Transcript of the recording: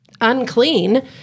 unclean